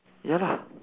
ya lah